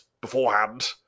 beforehand